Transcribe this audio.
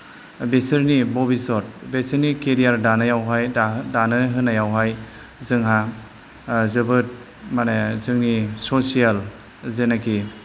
बिसोरनि भबिस्वत बिसोरनि केरियार दानायावहाय दा दानो होनायावहाय जोंहा जोबोद माने जोंनि ससियेल जेनोखि